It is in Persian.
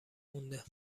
مونده